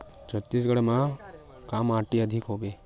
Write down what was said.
छत्तीसगढ़ म का माटी अधिक हवे?